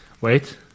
Wait